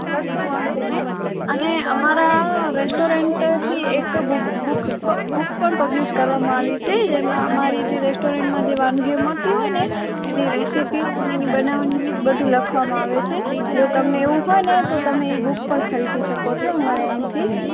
કશો વાંધો નહીં અને અમારા રૅસ્ટોરન્ટથી એક બુક બુક પણ પબ્લિશ કરવામાં આવી છે જેમાં અમારી જે રૅસ્ટોરન્ટમાં જે વાનગી મળતી હોય ને એની રેસિપી અને તેને બનાવવાની રીત બધું લખવામાં આવ્યું છે જો તમને એવું હોય ને તો તમે તે બુક પણ ખરીદી શકો છો અમારે અહીંથી